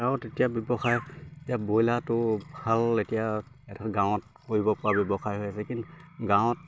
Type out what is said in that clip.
আৰু এতিয়া ব্যৱসায় এতিয়া ব্ৰইলাৰটো ভাল এতিয়া এটা গাঁৱত কৰিব পৰা ব্যৱসায় হৈ আছে কিন্তু গাঁৱত